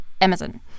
amazon